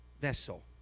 vessel